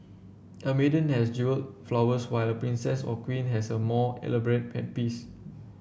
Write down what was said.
a maiden has jewelled flowers while a princess or queen has a more elaborate headpiece